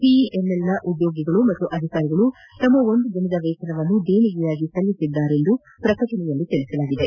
ಬಿಇಎಂಎಲ್ನ ಉದ್ಯೋಗಿಗಳು ಮತ್ತು ಅಧಿಕಾರಿಗಳು ತಮ್ಮ ಒಂದು ದಿನದ ವೇತನವನ್ನು ದೇಣಿಗೆಯಾಗಿ ಸಲ್ಲಿಸಿದ್ನಾರೆಂದು ಪ್ರಕಟಣೆಯಲ್ಲಿ ತಿಳಿಸಲಾಗಿದೆ